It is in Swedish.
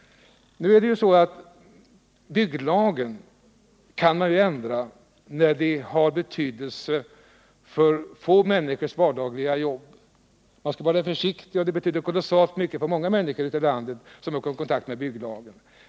Men nu förhåller det sig ju så, att byggnadslagen kan ändras när det är av betydelse för få människors vardagliga arbete. Man skall vara försiktig för det betyder mycket för människor ute i landet som kommer i kontakt med byggnadslagen.